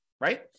right